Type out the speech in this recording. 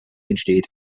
entsteht